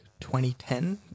2010